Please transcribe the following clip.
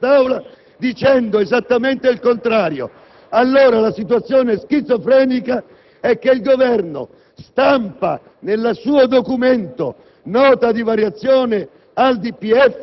Nella Nota di variazione al DPEF stampata è scritto che il Governo aumenta il *deficit* pubblico, riduce l'avanzo primario,